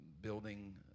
building